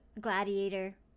Gladiator